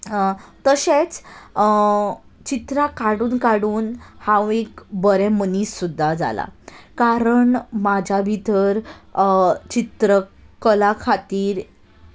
तशेंच चित्रां काडून काडून हांव एक बरें मनीस सुद्दां जालां कारण म्हज्या भितर चित्रकला खातीर